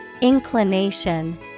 Inclination